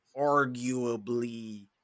arguably